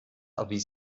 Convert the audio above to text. erwies